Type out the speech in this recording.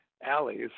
alleys